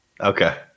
okay